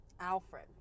Alfred